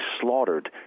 slaughtered